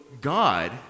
God